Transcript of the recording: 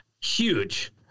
Huge